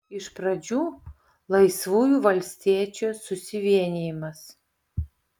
iš pradžių laisvųjų valstiečių susivienijimas